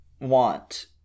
want